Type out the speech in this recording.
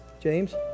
James